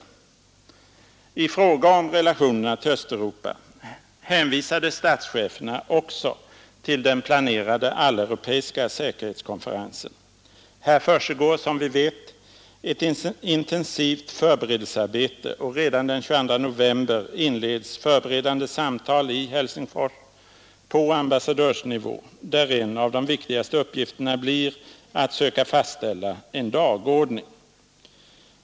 I fråga om relationerna till Östeuropa hänvisade statscheferna också till den planerade alleuropeiska säkerhetskonferensen. Här försiggår, som vi vet, ett intensivt förberedelsearbete, och redan den 22 november inleds förberedande samtal i Helsingfors på ambassadörsnivå, där en av de viktigaste uppgifterna blir att försöka fastställa en dagordning.